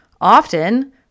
often